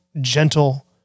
gentle